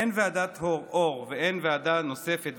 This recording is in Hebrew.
הן ועדת אור והן ועדה נוספת,